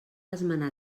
esmenar